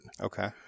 Okay